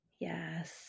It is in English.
Yes